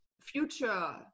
future